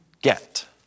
get